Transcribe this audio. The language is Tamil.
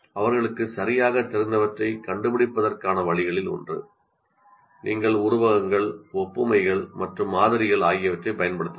அவர்களுக்கு சரியாகத் தெரிந்தவற்றைக் கண்டுபிடிப்பதற்கான வழிகளில் ஒன்று நீங்கள் உருவகங்கள் ஒப்புமைகள் மற்றும் மாதிரிகள் ஆகியவற்றைப் பயன்படுத்தலாம்